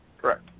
Correct